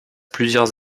plusieurs